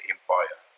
Empire